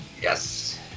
yes